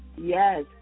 yes